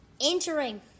Entering